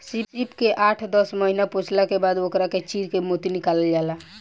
सीप के आठ दस महिना पोसला के बाद ओकरा के चीर के मोती निकालल जाला